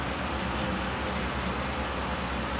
confirm when I grow up I want to be a farmer